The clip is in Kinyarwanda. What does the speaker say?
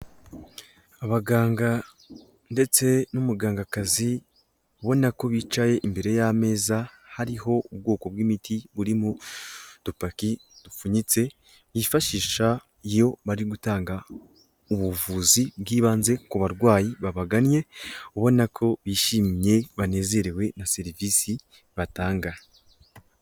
Abaganga ndetse n'umugangakazi ubona ko bicaye imbere y'ameza hariho ubwoko bw'imiti buri mu dupaki dupfunyitse yifashisha iyo bari gutanga ubuvuzi bw'ibanze ku barwayi babagannye, ubona ko bishimye, banezerewe na serivisi batanga.